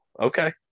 okay